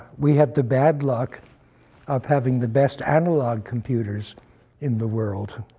we had the bad luck of having the best analog computers in the world